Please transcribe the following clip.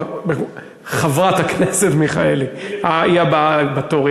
חברת הכנסת מיכאלי היא הבאה בתור,